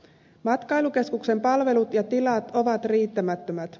matkailukeskuksen palvelut ja tilat ovat riittämättömät